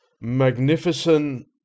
magnificent